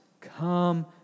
come